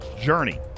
journey